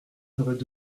seraient